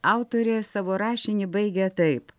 autorė savo rašinį baigia taip